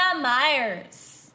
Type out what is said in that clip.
Myers